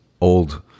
old